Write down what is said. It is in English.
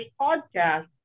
podcast